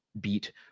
beat